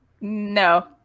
No